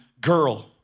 girl